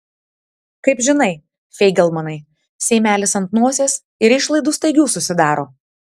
kaip žinai feigelmanai seimelis ant nosies ir išlaidų staigių susidaro